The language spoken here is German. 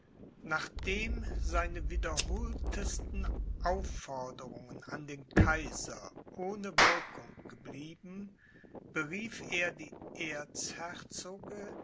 nachdem seine wiederholtesten aufforderungen an den kaiser ohne wirkung geblieben berief er die